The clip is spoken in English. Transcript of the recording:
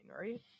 right